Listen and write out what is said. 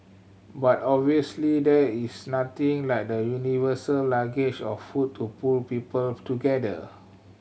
but obviously there is nothing like the universal language of food to pull people together